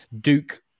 duke